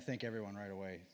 i think everyone right away